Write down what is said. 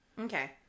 Okay